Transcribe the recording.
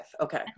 okay